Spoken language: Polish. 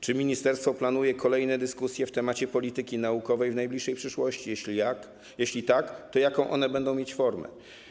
Czy ministerstwo planuje kolejne dyskusje w kwestii polityki naukowej w najbliższej przyszłości, a jeśli tak, to jaką one będą mieć formę?